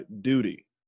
duty